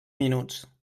minuts